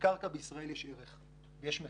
לקרקע בישראל יש ערך, יש מחיר,